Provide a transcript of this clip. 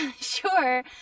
Sure